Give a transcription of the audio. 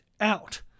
out